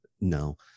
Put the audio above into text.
No